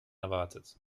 erwartet